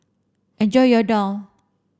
enjoy your Daal